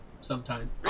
sometime